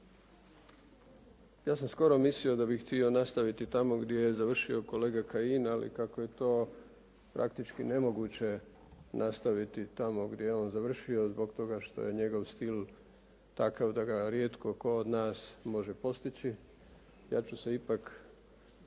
Ja sam skoro mislio da bih htio nastaviti tamo gdje je završio kolega Kajin, ali kako je to praktički nemoguće nastaviti tamo gdje je on završio zbog toga što je njegov stil takav da ga rijetko tko od nas može postići, ja ću se ipak